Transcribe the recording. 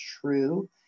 true